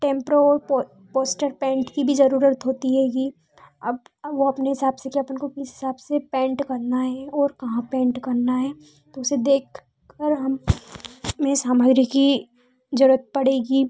टेम्प्रो और poster paint की भी ज़रूरत होती हैगी अब वो अपने हिसाब से जो अपन को किस हिसाब से पैंट करना हे ओर कहाँ पैंट करना है तो उसे देखकर हम की ज़रूरत पड़ेगी